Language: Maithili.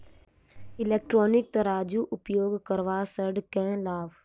इलेक्ट्रॉनिक तराजू उपयोग करबा सऽ केँ लाभ?